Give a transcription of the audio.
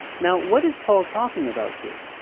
now, what is paul talking about here?